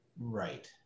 Right